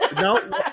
No